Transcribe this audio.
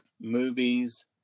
movies